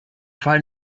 fall